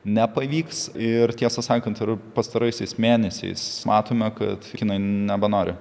nepavyks ir tiesą sakant ir pastaraisiais mėnesiais matome kad kinai nebenori